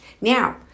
Now